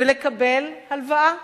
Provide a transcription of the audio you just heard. ולקבל הלוואה